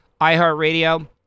iHeartRadio